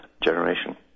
generation